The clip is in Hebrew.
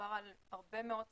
מדובר על הרבה מאוד צרכנים,